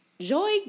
Joy